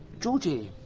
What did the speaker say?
georgie.